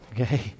okay